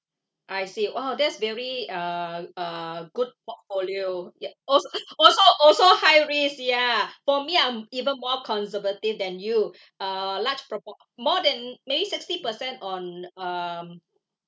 I see !wow! that's very uh uh good portfolio ya also also also high risk ya for me I'm even more conservative than you uh large propor~ more than maybe sixty percent on um